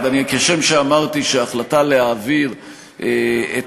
למה להעביר מרב